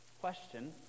Question